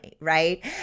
right